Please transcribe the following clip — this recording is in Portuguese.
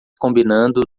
combinando